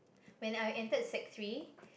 when I entered sec-three